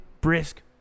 brisk